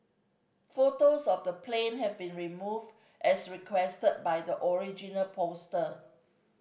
photos of the plane have been removed as requested by the original poster